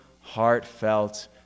heartfelt